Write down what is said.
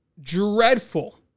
dreadful